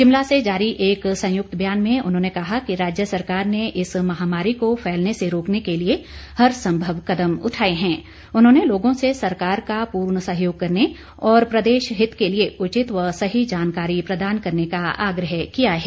शिमला से जारी एक संयुक्त बयान में उन्होंने कहा है कि राज्य सरकार ने इस महामारी को फैलने से रोकने के लिए हर संभव कदम उठाए उन्होंने लोगों से सरकार का पूर्ण सहयोग करने और प्रदेश हित के लिए उचित व सही जानकारी प्रदान करने का आग्रह किया है